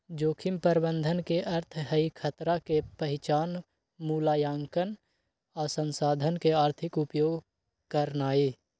जोखिम प्रबंधन के अर्थ हई खतरा के पहिचान, मुलायंकन आ संसाधन के आर्थिक उपयोग करनाइ